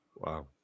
Wow